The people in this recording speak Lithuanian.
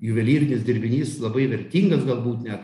juvelyrinis dirbinys labai vertingas galbūt net